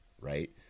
right